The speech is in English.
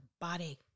body